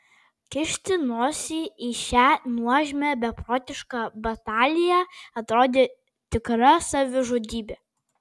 kišti nosį į šią nuožmią beprotišką bataliją atrodė tikra savižudybė